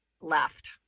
Left